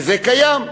וזה קיים.